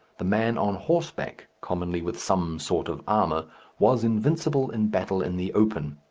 the man on horseback commonly with some sort of armour was invincible in battle in the open.